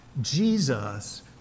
Jesus